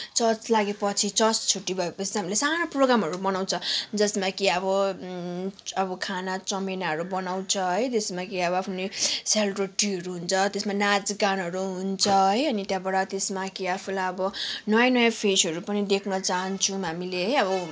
church लागेपछि church छुट्टि भएपछि हामीले सानो प्रोग्रामहरू मनाउँछ जसमा कि अब खाना चमेनाहरू बनाउँछ है त्यसमा कि अब आफ्नै सेलरोटीहरू हुन्छ त्यसमा नाच गानहरू हुन्छ है अनि त्यहाँबाट त्यसमा कि आफूलाई अब नयाँ नयाँ फेसहरू पनि चाहन्छौँ हामीले है अब